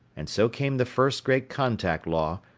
and so came the first great contact law,